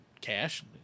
cash